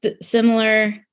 similar